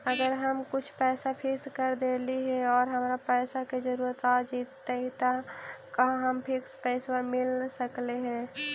अगर हम कुछ पैसा फिक्स कर देली हे और हमरा पैसा के जरुरत आ जितै त का हमरा फिक्स पैसबा मिल सकले हे?